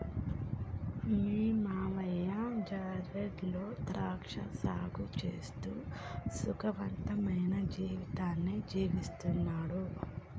మీ మావయ్య జార్ఖండ్ లో ద్రాక్ష సాగు చేస్తూ సుఖవంతమైన జీవితాన్ని జీవిస్తున్నాడు